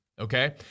okay